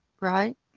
right